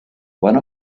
one